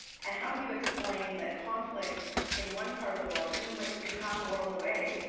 and how do you explain that conflict in one part of the world, even might be half a world away,